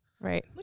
Right